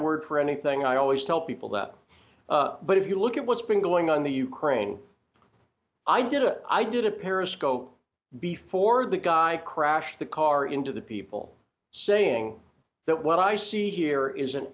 word for anything i always tell people that but if you look at what's been going on the ukraine i did a i did a periscope before the guy crashed the car into the people saying that what i see here is an